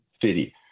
city